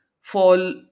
fall